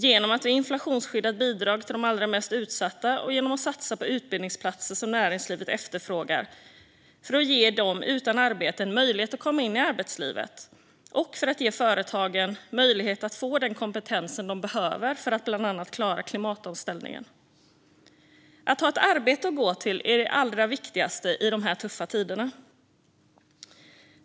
Vi ger ett inflationsskyddat bidrag till de allra mest utsatta och satsar på utbildningsplatser som näringslivet efterfrågar för att ge dem utan arbete en möjlighet att komma in i arbetslivet och för att ge företagen möjlighet att få den kompetens de behöver för att bland annat klara klimatomställningen. Att ha ett arbete att gå till är det allra viktigaste i dessa tuffa tider.